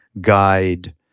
guide